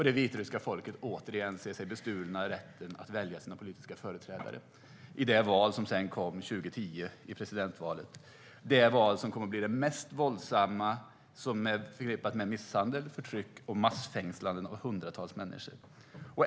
Det vitryska folket fick återigen se sig bestulna rätten att välja sina politiska företrädare i det presidentval som hölls 2010 - det val som kom att bli det mest våldsamma hittills, förknippat med misshandel, förtryck och massfängslanden av hundratals människor.